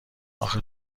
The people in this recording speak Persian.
آخه